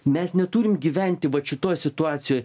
mes neturim gyventi vat šitoj situacijoj